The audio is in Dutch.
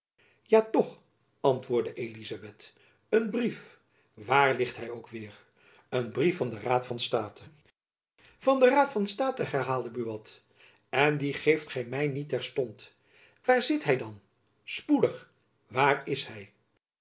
ja toch antwoordde elizabeth een brief waar ligt hy ook weêr een brief van den raad van state van den raad van state herhaalde buat en dien geeft gy my niet terstond waar zit hy dan spoedig waar is hy